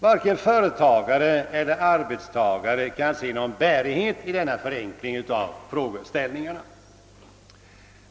Varken företagare eller arbetstagare kan se någon bärighet i denna förenkling av frågeställningen.